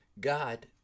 God